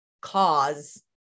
cause